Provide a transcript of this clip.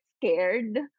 scared